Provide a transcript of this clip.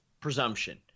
presumption